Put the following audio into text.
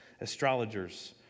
astrologers